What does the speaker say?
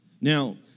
Now